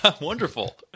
Wonderful